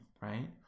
right